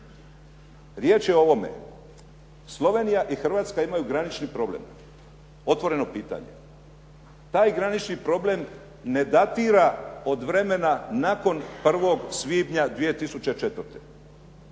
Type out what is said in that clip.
Riječ je o ovome. Slovenija i Hrvatska imaju granični problem. Otvoreno pitanje. Taj granični problem ne datira od vremena nakon 1. svibnja 2004.